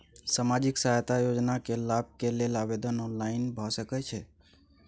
सामाजिक सहायता योजना के लाभ के लेल आवेदन ऑनलाइन भ सकै छै?